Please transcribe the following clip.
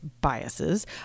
biases